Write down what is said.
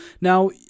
Now